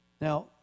Now